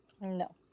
No